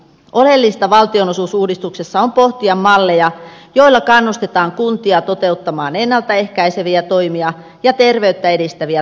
oleellista valtionosuusuudistuksessa on pohtia malleja joilla kannustetaan kuntia toteuttamaan ennalta ehkäiseviä toimia ja terveyttä edistäviä toimia